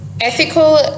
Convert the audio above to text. ethical